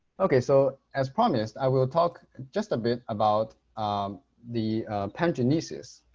okay so as promised, i will talk just a bit about the pangenesis.